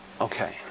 Okay